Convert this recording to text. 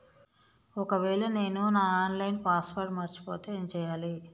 ఒకవేళ నేను నా ఆన్ లైన్ పాస్వర్డ్ మర్చిపోతే ఏం చేయాలే?